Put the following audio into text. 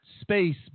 space